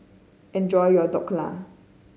enjoy your Dhokla